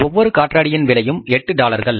ஒவ்வொரு காற்றாடியின் விலையும் எட்டு டாலர்கள்